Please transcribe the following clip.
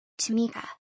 Tamika